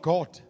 God